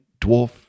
dwarf